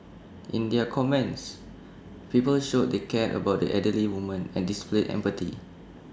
in their comments people showed they cared about the elderly woman and displayed empathy